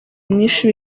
mwinshi